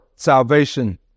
salvation